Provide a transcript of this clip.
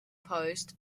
post